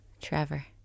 Trevor